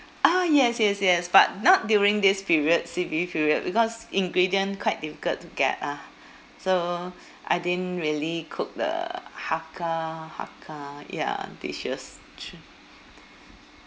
ah yes yes yes but not during this period C_B period because ingredient quite difficult to get lah so I didn't really cook the hakka hakka ya dishes